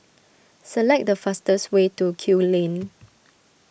select the fastest way to Kew Lane